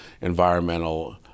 environmental